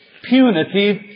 punitive